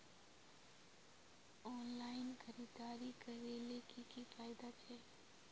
Online खरीदारी करले की की फायदा छे?